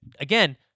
again